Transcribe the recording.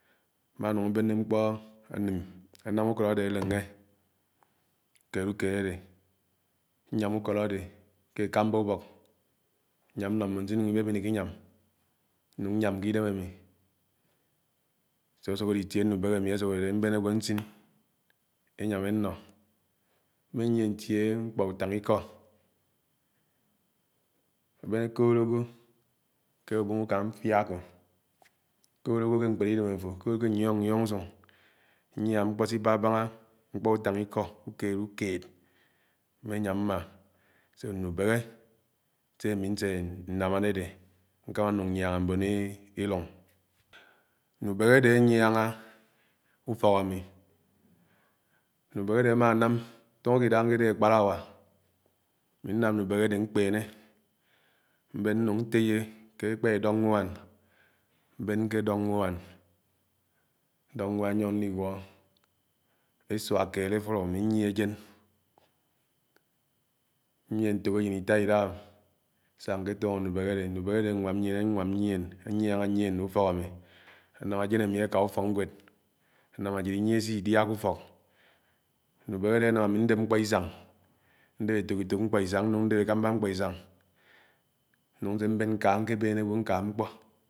Àmánúng àbéné m̄kpó ánám ùkọ́d adé aléngé, ùkéd ùkéd ádé nyám ùkọd adé ke èkàmbá ùbọ́k nyàm nno mbin sinung ibébén ekińyam, nung iñyám ké idém ami itié nùbèbè ámi asúk adédé mbén ágwo nsiñ ényom éno. Mmenyie ntie mkpó ùtángikọ àbén akoód ágwo ké ubeng ñkáng mfia ako, akóod ágwo ke núpèrè idém afo ñe iñyónyóng usùng. Nyáám mkpó Sibabanga mkpo ùtángikó ukéd-ukéd mményám mmá nùbéhé sé ami nsénám edédé nkámá núng nyángá mbón ilúng. Nùbébé adé anyángá ùfọ́k ámi, nùbébé adé ánná tóngó idáhá nkèdéhè àkpàràwá ami nám nubehè adé mupènè, mbén núng ntéyé ké ekpà edọ́ nwán. Mben ke dọ nwán, ndọ nwán nyòng Nigẃo isuá keéd afúló ámɨ nyiè ájén. Nyiè nto ajén itá idáhá sa ketóngò nubóhé adé nubèhè adè anwám nyieñ, anwám nyien, ànyángá nyien ñe ùfọk ami. anam ajén ami aka ùfọ́knwéd, anam ajid inyie se idià ké ùfọ́k nubèhè adé anám emi ndép mupóisána, ndép etóetók mkpósáng nung, ndep ekamba mkprisáng nung se mbón nká nwéběn ágwó nká mkpó.